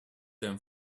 them